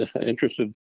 interested